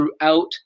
throughout